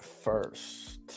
First